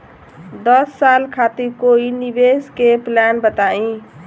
दस साल खातिर कोई निवेश के प्लान बताई?